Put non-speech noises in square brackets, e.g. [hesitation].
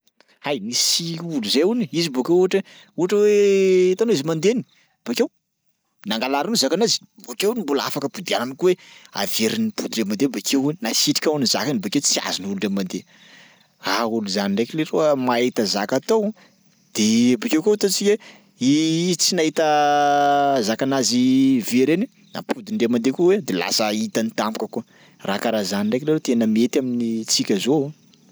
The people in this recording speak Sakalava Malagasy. Hay, nisy olo zay hony, izy bôkeo ohatry e ohatry hoe hitanao izy mandeha iny bakeo nangalarin'olo zakanazy bôkeo mbola afaka apodianany koa hoe averiny mipody ndray mandeha bakeo hoe nasitrika hono ny zakany bakeo tsy azon'olo ndray mandeha. Ah olo zany ndraiky leroa mahita zaka atao. De bakeo koa ataontsika hoe [hesitation] izy tsy nahita zakanazy very iny napodiny ndray mandeha koa hoe de lasa hitany tampoka koa, raha karaha zany ndraiky leroa tena mety amin'ny tsika zao.